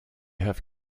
have